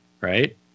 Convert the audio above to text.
Right